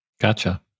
Gotcha